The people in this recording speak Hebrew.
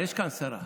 יש כאן שרה.